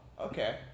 Okay